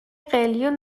قلیون